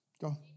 Go